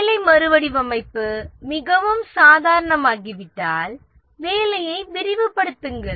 வேலை மறுவடிவமைப்பு மிகவும் சாதாரணமாகிவிட்டால் வேலையை விரிவுபடுத்துங்கள்